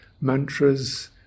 mantras